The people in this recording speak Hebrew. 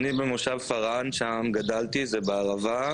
אני במושב פארן, שם גדלתי, בערבי.